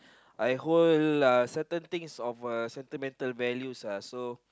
I hold a certain things of sentimental value so